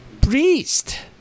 priest